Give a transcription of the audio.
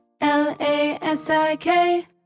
L-A-S-I-K